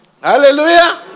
Hallelujah